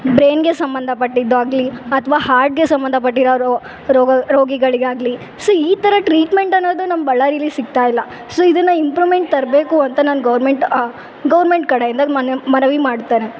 ಬ್ರೈನ್ಗೆ ಸಂಬಂಧ ಪಟ್ಟಿದ್ದಾಗಲಿ ಅಥ್ವ ಹಾರ್ಟ್ಗೆ ಸಂಬಂಧಪಟ್ಟಿರೋರು ರೋಗ ರೋಗಿಗಳಿಗಾಗಲಿ ಸೋ ಈ ಥರ ಟ್ರೀಟ್ಮೆಂಟ್ ಅನ್ನೋದು ನಮ್ಮ ಬಳ್ಳಾರಿಲಿ ಸಿಕ್ತಾಯಿಲ್ಲ ಸೋ ಇದನ್ನ ಇಂಪ್ರೂಮೆಂಟ್ ತರಬೇಕು ಅಂತ ನಾನು ಗೌರ್ಮೆಂಟ್ ಗೌರ್ಮೆಂಟ್ ಕಡೆಯಿಂದ ಮನ ಮನವಿ ಮಾಡ್ತೇನೆ